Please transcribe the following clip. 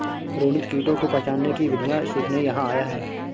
रोनित कीटों को पहचानने की विधियाँ सीखने यहाँ आया है